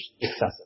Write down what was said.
excessive